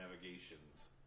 navigations